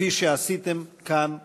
כפי שעשיתם כאן היום.